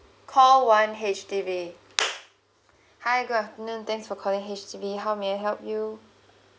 call one H_D_B hi good afternoon thanks for calling H_D_B how may I help you